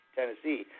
Tennessee